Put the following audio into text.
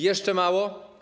Jeszcze mało?